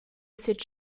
cette